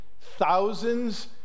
thousands